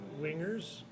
wingers